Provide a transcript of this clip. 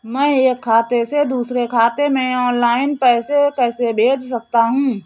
मैं एक खाते से दूसरे खाते में ऑनलाइन पैसे कैसे भेज सकता हूँ?